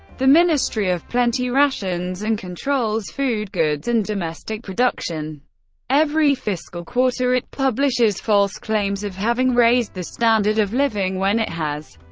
the ministry of plenty rations and controls food, goods, and domestic production every fiscal quarter, it publishes false claims of having raised the standard of living, when it has,